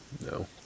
no